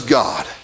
god